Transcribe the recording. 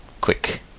quick